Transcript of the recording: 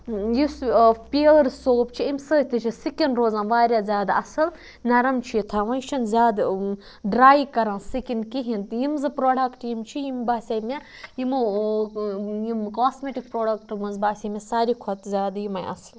یُس Pears soap چھِ امہِ سۭتۍ تہِ چھِ سِکِن روزان واریاہ زیادٕ اَصٕل نرم چھُ یہِ تھَوان یہِ چھُنہٕ زیادٕ ڈرٛاے کَران سِکِن کِہیٖنۍ تہٕ یِم زٕ پرٛوڈَکٹ یِم چھِ یِم باسے مےٚ یِمو یِم کاسمیٹِک پرٛوڈَکٹو منٛز باسے مےٚ ساروی کھۄتہٕ زیادٕ یِمَے اَصٕل